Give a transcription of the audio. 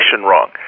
wrong